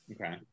Okay